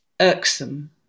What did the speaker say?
irksome